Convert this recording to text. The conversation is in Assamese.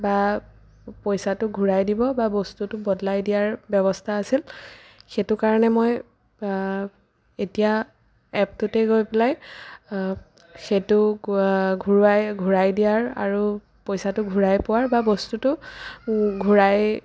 বা বস্তুটো ঘুৰাই দিব বা বস্তুটো বদলাই দিয়াৰ ব্যৱস্থা আছিল সেইটো কাৰণে মই এতিয়া এপটোলৈ গৈ পেলাই সেইটো ঘূৰাই ঘূৰাই দিয়াৰ আৰু পইচাটো ঘুৰাই পোৱাৰ বা বস্তুটো ঘূৰাই